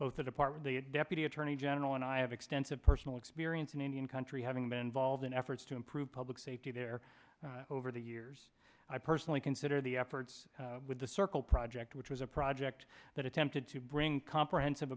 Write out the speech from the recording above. both the department the deputy attorney general and i i have extensive personal experience in indian country having been involved in efforts to improve public safety there over the years i personally consider the efforts with the circle project which was a project that attempted to bring comprehensive